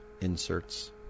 Inserts